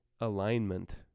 alignment